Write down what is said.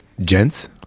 gents